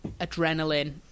adrenaline